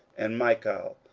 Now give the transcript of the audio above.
and michael,